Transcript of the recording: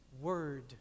word